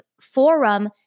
Forum